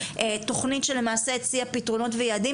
תוכנית שלמעשה הציעה פתרונות ויעדים,